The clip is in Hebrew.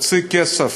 הוציא כסף